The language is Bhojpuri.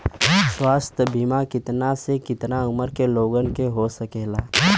स्वास्थ्य बीमा कितना से कितना उमर के लोगन के हो सकेला?